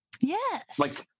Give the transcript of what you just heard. Yes